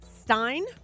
Stein